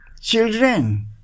children